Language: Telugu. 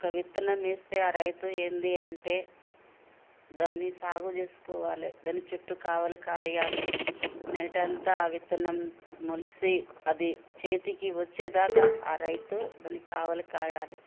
ఒక విత్తనం వేస్తే ఆ రైతు ఏంటి అంటే దాన్ని సాగు చేసుకోవాలి దాని చుట్టూ కావలి కాయాలి నైట్ అంతా ఆ విత్తనం మొలిచి అది చేతికి వచ్చేదాకా రైతు దాన్ని కావలి కాయాలి